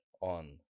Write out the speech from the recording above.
on